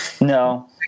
No